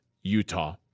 Utah